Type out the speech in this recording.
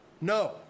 No